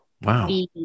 wow